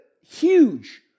huge